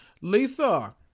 Lisa